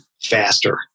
faster